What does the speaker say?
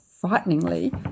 frighteningly